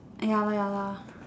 eh ya lor ya lor